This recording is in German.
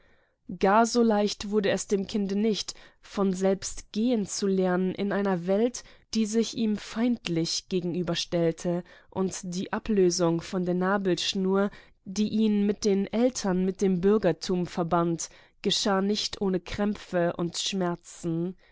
gar so leicht wurde es dem kinde nicht von selbst gehen zu lernen in einer welt die sich ihm feindlich gegenüberstellte und die ablösung von der nabelschnur die ihn in den eltern mit dem bürgertum verband geschah nicht ohne krämpfe und schmerzen